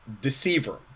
deceiver